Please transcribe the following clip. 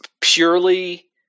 purely